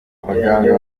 abaganga